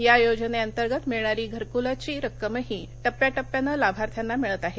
या योजने अंतर्गत मिळणारी घरकूलची रक्कमही टप्याटप्यानं लाभार्थ्यांना मिळत आहे